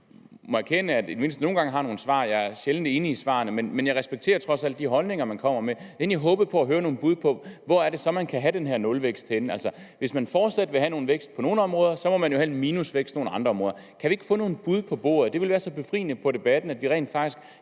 jeg må erkende i det mindste nogen gange har nogle svar – jeg er sjældent enig i svarene, men jeg respekterer trods alt de holdninger, de kommer med – hvor det så er, man kan have denne her nulvækst henne. Altså, hvis man fortsat vil have en vækst på nogle områder, må man jo have en minusvækst på andre områder. Kan vi ikke få nogle bud på bordet? Det ville være så befriende for debatten, at vi rent faktisk